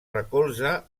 recolza